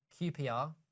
QPR